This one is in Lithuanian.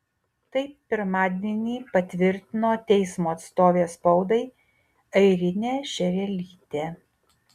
tai pirmadienį patvirtino teismo atstovė spaudai airinė šerelytė